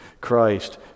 Christ